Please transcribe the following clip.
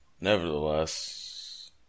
Nevertheless